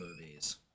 movies